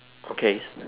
okays